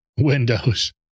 Windows